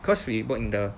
cause we bought in the